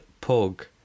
Pug